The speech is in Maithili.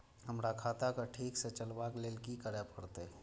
हमरा खाता क ठीक स चलबाक लेल की करे परतै